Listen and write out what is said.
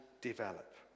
develop